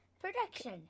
production